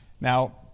Now